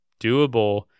doable